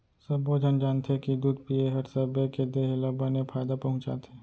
सब्बो झन जानथें कि दूद पिए हर सबे के देह ल बने फायदा पहुँचाथे